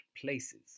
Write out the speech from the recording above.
places